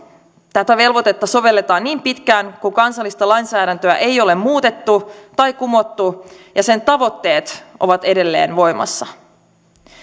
tätä velvoitetta sovelletaan niin pitkään kuin kansallista lainsäädäntöä ei ole muutettu tai kumottu ja sen tavoitteet ovat edelleen voimassa